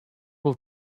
will